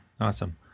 Awesome